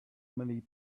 many